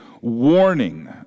warning